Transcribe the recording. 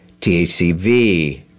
THCV